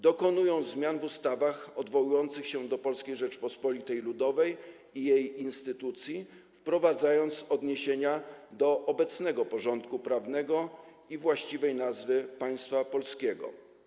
Dokonują zmian w ustawach odwołujących się do Polskiej Rzeczypospolitej Ludowej i jej instytucji, wprowadzając odniesienia do obecnego porządku prawnego i właściwej nazwy państwa polskiego.